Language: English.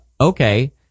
okay